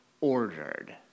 ordered